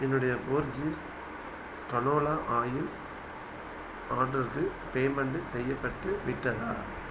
என்னுடைய Borges canola oil ஆர்டருக்கு payment செய்யப்பட்டு விட்டதா